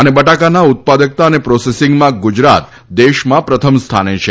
અને બટાકાના ઉત્પાદકતા અને પ્રોસેસિંગમાં ગુજરાત દેશમાં પ્રથમ સ્થાને છે